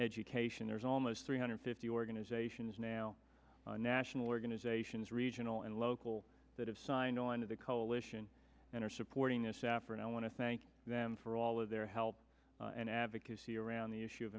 education there's almost three hundred fifty organizations now national organizations regional and local that have signed on to the coalition and are supporting us after and i want to thank them for all of their help and advocacy around the issue of